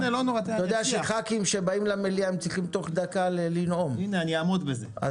אתה יודע שחברי כנסת שבאים למליאה צריכים תוך דקה לנאום אז בבקשה,